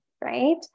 right